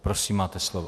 Prosím, máte slovo.